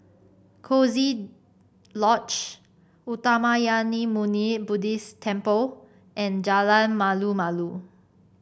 Coziee Lodge Uttamayanmuni Buddhist Temple and Jalan Malu Malu